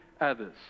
others